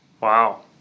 Wow